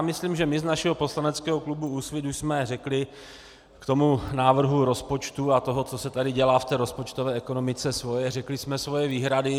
Myslím, že my z našeho poslaneckého klubu Úsvit už jsme řekli k návrhu rozpočtu a tomu, co se tady dělá v rozpočtové ekonomice, svoje, řekli jsme svoje výhrady.